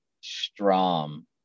Strom